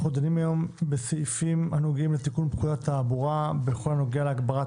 אנחנו דנים היום בסעיפים הנוגעים לתיקון פקודת התעבורה בכל הנוגע להגברת